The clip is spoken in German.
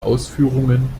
ausführungen